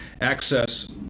access